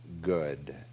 good